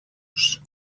vos